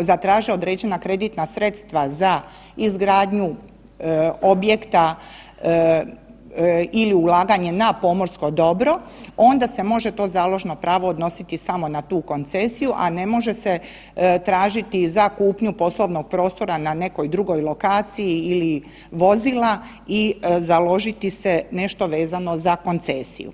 zatraže određena kreditna sredstva za izgradnju objekta ili ulaganje na pomorsko dobro onda se može to založno pravo odnositi samo na tu koncesiju, a ne može se tražiti za kupnju poslovnog prostora na nekoj drugoj lokaciji ili vozila i založiti se nešto vezano za koncesiju.